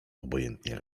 obojętnie